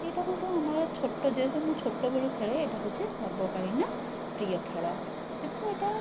ଏଇଟା ବୋଧେ ଆମର ଛୋଟ ଯେହେତୁ ମୁଁ ଛୋଟ ବେଳୁ ଖେଳେ ଏଇଟା ହେଉଛି ସର୍ବକାଳୀନ ପ୍ରିୟ ଖେଳ ତେଣୁ ଏଇଟା